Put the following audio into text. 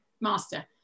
master